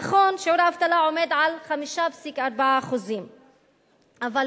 נכון, שיעור האבטלה עומד על 5.4%, אבל פה,